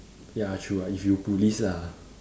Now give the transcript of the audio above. ya true ah if you police lah